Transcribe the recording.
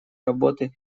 работы